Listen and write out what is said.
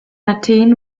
athen